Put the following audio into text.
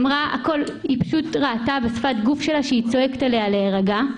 היא פשוט ראתה בשפת הגוף שלה שהיא צועקת עליה להירגע.